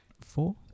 four